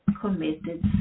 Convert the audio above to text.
committed